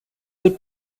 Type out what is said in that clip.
good